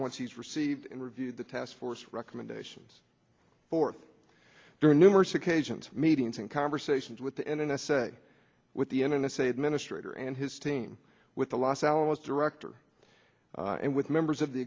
once he's received in review the task force recommendations for there are numerous occasions meetings and conversations with the n s a with the n s a administrator and his team with the los alamos director and with members of the